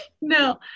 no